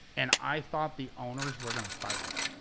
and i thought the owners were gonna fire me.